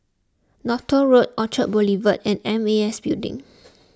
Northolt Road Orchard Boulevard and M A S Building